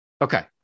Okay